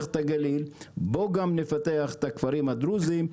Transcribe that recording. את הגליל וגם נפתח את הכפרים הדרוזים,